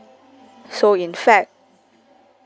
so in fact